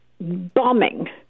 bombing